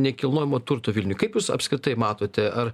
nekilnojamo turto vilniuj kaip jūs apskritai matote ar